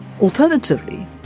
Alternatively